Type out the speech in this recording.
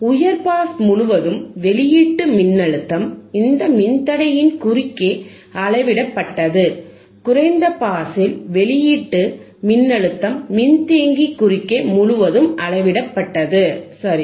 உயர் பாஸ் முழுவதும் வெளியீட்டு மின்னழுத்தம் இந்த மின்தடையின் குறுக்கே அளவிடப்பட்டது குறைந்த பாஸில் வெளியீட்டு மின்னழுத்தம் மின்தேக்கி குறுக்கே முழுவதும் அளவிடப்பட்டது சரி